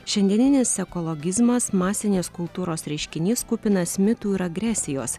šiandieninis ekologizmas masinės kultūros reiškinys kupinas mitų ir agresijos